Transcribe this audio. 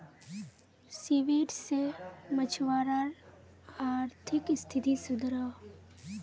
seaweed से मछुवारार अआर्थिक स्तिथि सुधरोह